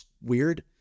weird